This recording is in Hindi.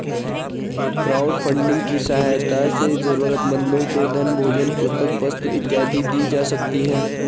क्राउडफंडिंग की सहायता से जरूरतमंदों को धन भोजन पुस्तक वस्त्र इत्यादि दी जा सकती है